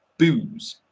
booze